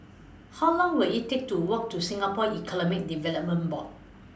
How Long Will IT Take to Walk to Singapore Economic Development Board